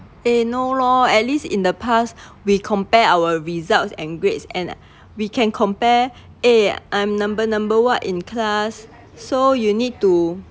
eh no lor at least in the past we compare our results and grades and we can compare eh I'm number number what in class so you need to